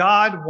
God